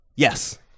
Yes